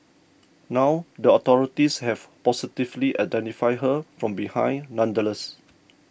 now the authorities have positively identified her from behind nonetheless